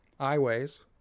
Eyeways